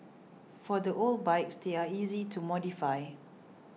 for the old bikes they're easy to modify